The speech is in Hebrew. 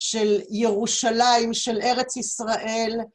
של ירושלים, של ארץ ישראל.